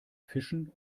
fischen